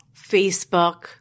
Facebook